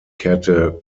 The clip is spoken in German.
kehrte